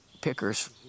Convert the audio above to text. pickers